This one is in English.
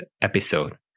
episode